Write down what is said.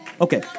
Okay